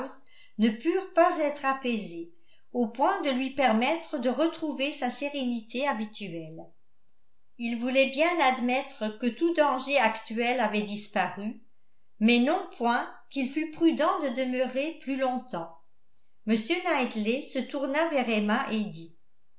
ne purent pas être apaisées au point de lui permettre de retrouver sa sérénité habituelle il voulait bien admettre que tout danger actuel avait disparu mais non point qu'il fût prudent de demeurer plus longtemps m knightley se tourna vers emma et dit